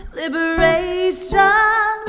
liberation